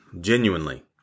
Genuinely